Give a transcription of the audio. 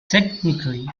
technically